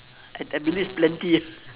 I I believe plenty